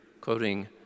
Quoting